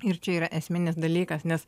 ir čia yra esminis dalykas nes